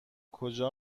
کجا